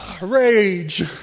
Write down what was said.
Rage